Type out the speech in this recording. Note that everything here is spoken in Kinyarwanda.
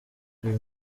uyu